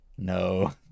No